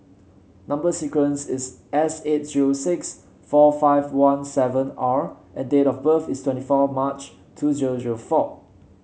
number sequence is S eight zero six four five one seven R and date of birth is twenty four March two zero zero four